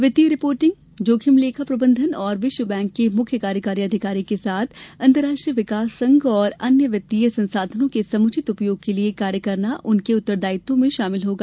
वित्तीय रिपोर्टिंग जोखिम प्रबंधन और विश्व बैंक के मुख्य कार्यकारी अधिकारी के साथ अंतरराष्ट्रीय विकास संघ और अन्य वित्तीय संसाधनों के समुचित उपयोग के लिए कार्य करना उनके उत्तरदायित्वों में शामिल होगा